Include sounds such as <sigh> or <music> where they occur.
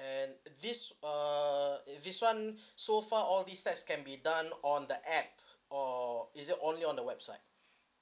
and this uh this one <breath> so far all these steps can be done on the app or is it only on the website